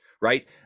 right